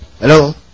Hello